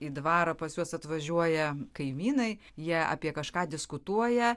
į dvarą pas juos atvažiuoja kaimynai jie apie kažką diskutuoja